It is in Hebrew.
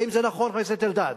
האם זה נכון, חבר הכנסת אלדד?